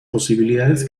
posibilidades